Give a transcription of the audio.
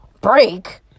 break